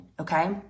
Okay